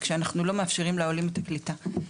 כשאנחנו לא מאפשרים לעולים את הקליטה,